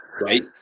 right